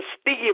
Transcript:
Steve